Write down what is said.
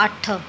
ਅੱਠ